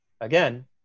Again